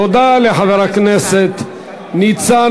תודה לחבר הכנסת ניצן